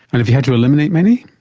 and have you had to eliminate many?